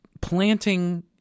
planting